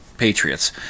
Patriots